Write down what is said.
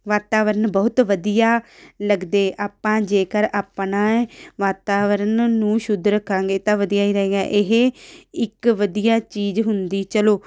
ਵਾਤਾਵਰਨ ਬਹੁਤ ਵਧੀਆ ਲੱਗਦੇ ਆਪਾਂ ਜੇਕਰ ਆਪਣਾ ਵਾਤਾਵਰਨ ਨੂੰ ਸ਼ੁੱਧ ਰੱਖਾਂਗੇ ਤਾਂ ਵਧੀਆ ਹੀ ਰਹੇਗਾ ਇਹ ਇੱਕ ਵਧੀਆ ਚੀਜ਼ ਹੁੰਦੀ ਚਲੋ